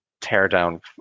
teardown